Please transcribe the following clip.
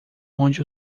onde